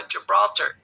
Gibraltar